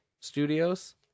Studios